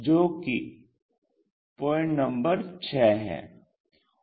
जो कि point number 6 है